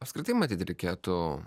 apskritai matyt reikėtų